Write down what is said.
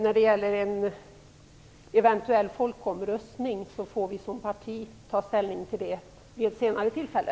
När det gäller en eventuell folkomröstning får vi som parti ta ställning till det vid ett senare tillfälle.